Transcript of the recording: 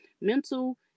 Mental